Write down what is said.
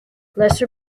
laser